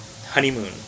honeymoon